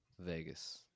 Vegas